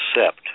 accept